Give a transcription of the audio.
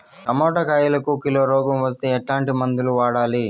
Tomato కాయలకు కిలో రోగం వస్తే ఎట్లాంటి మందులు వాడాలి?